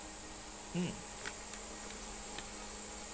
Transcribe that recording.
mm